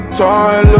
time